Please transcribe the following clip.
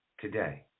today